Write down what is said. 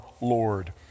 Lord